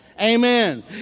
Amen